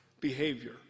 behavior